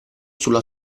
sulla